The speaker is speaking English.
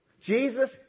Jesus